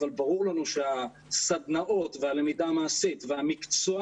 אבל ברור לנו שהסדנאות והלמידה המעשית והמקצוע